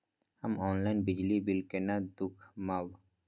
हम ऑनलाईन बिजली बील केना दूखमब?